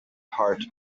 heart